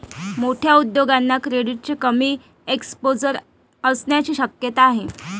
मोठ्या उद्योगांना क्रेडिटचे कमी एक्सपोजर असण्याची शक्यता आहे